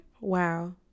Wow